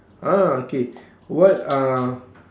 ah okay what uh